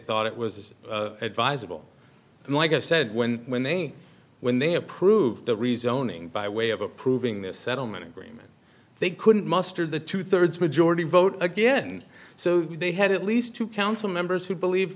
thought it was advisable and like i said when when they when they approved the rezoning by way of approving this settlement agreement they couldn't muster the two thirds majority vote again so they had at least to come and for members who believe